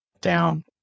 down